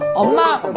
a lot.